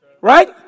Right